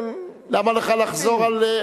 למה לך לחזור על,